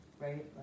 Right